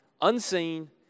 unseen